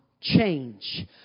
change